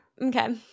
okay